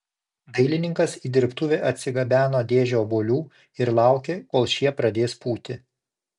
dailininkas į dirbtuvę atsigabeno dėžę obuolių ir laukė kol šie pradės pūti